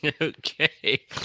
okay